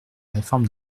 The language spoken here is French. réforme